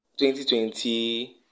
2020